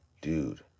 dude